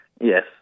Yes